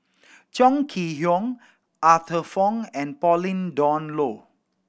Chong Kee Hiong Arthur Fong and Pauline Dawn Loh